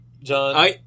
John